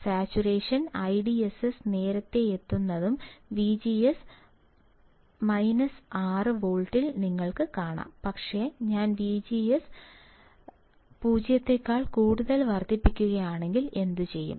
saturation IDSS നേരത്തെയെത്തുന്നതും VGS 6 വോൾട്ടിൽ നിങ്ങൾക്ക് കാണാം പക്ഷേ ഞാൻ വിജിഎസ് 0 വോൾട്ട് വർദ്ധിപ്പിക്കുകയാണെങ്കിൽ എന്തുചെയ്യും